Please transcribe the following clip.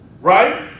right